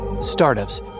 startups